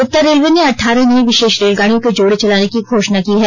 उत्तर railway ने अट्ठारह नई विशेष रेलगाड़ियों के जोड़े चलाने की घोषणा की है